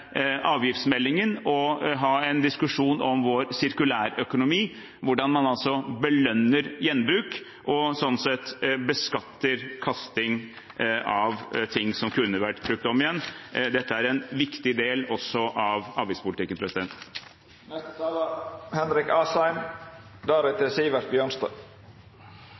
avgiftsmeldingen og ha en diskusjon om vår sirkulærøkonomi, hvordan man belønner gjenbruk og sånn sett beskatter kasting av ting som kunne vært brukt om igjen. Dette er også en viktig del av avgiftspolitikken.